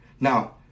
Now